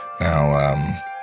Now